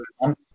on